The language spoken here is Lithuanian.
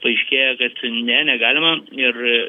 paaiškėja kad ne negalima ir